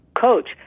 coach